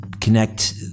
connect